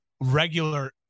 regular